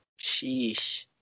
Sheesh